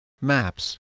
maps